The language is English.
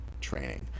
training